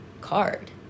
card